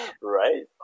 right